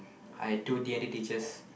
I had two D-and-T teachers